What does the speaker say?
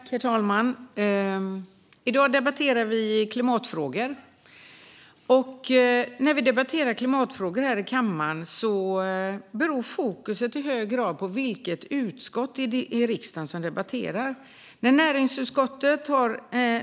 Herr talman! I dag debatterar vi klimatfrågor. När vi debatterar klimatfrågor här i kammaren beror fokuset i hög grad på vilket utskott i riksdagen som har hand om ärendet.